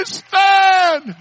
stand